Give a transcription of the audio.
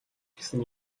гэсэн